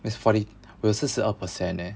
is forty 我有四十二 percent leh